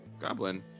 Goblin